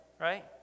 right